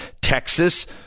Texas